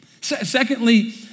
Secondly